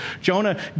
Jonah